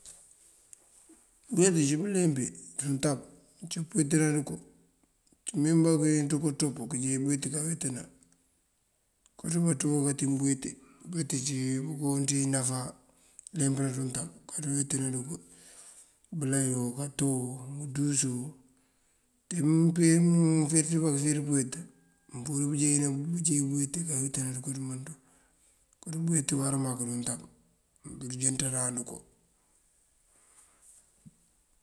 Búweeti cum uleemp ţí untab cíwun pëweetëna ţënko. Mënwín bá këwín ţënko ţop kënjeej bëweti këweetëna konţ wí bantuwoŋ katim búweeti. Búweeti ací koo inţíj wí náfá kaleempëna ţí untab, kadu weetëna dukoo bëlayo, katoo, undusoo. Ţí mëfeţëbá këfíir búweeti, mëmpurir pëjej búweeti kaweetna ţënko ţëmënţandana ţun. Konţ búweeti awará mak ţí untab këru jënţanan ţënko.